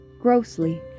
grossly